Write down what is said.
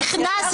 תצאי בבקשה.